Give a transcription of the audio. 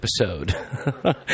episode